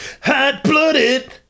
hot-blooded